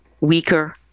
weaker